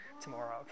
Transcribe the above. tomorrow